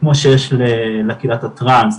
שכמו שיש לקהילת הטראנס,